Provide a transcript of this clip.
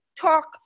talk